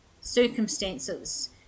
Circumstances